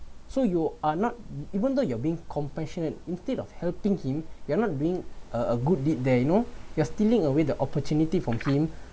so you are not even though you are being compassionate instead of helping him you're not doing a a good deed there you know you're stealing away the opportunity from him